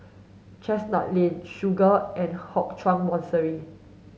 Chestnut Lane Segar and Hock Chuan Monastery